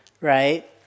right